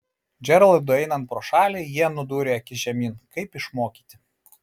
džeraldui einant pro šalį jie nudūrė akis žemyn kaip išmokyti